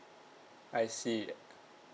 I see